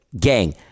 gang